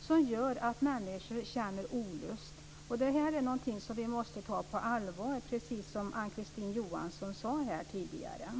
som har gjort att människor känner olust, och det är någonting som vi måste ta på allvar, precis som Ann-Kristine Johansson nyss sade.